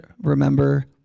Remember